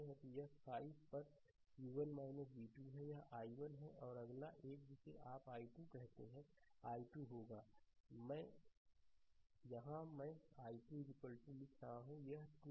तो यह 5 पर v1 v2 है यह i1 है और अगला एक है जिसे आप i2 कहते हैं i2 होगा यहाँ मैं i2 यहाँ लिख रहा हूँ यह 2 है